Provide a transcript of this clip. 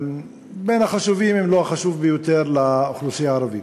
בין החשובים אם לא החשוב ביותר לאוכלוסייה הערבית,